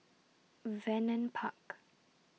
Vernon Park